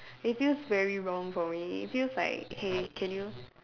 it feels very wrong for me it feels like hey can you